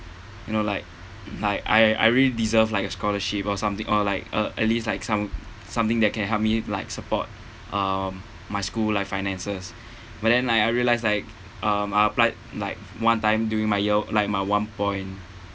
you know like like I I really deserve like a scholarship or something or like uh at least like some something that can help me like support um my school like finances but then I I realise like um I applied like one time during my year like my one point